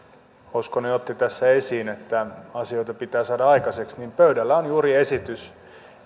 hoskonen otti tässä esiin että asioita pitää saada aikaan niin pöydällä on juuri esitys